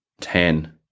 ten